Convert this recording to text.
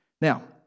Now